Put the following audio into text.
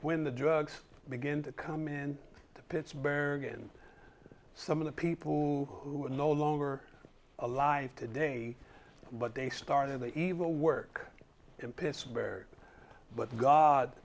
when the drugs begin to come in to pittsburgh and some of the people who were no longer alive today but they started the evil work in pittsburgh but god